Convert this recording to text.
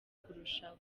kurushaho